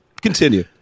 Continue